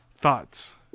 Thoughts